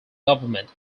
government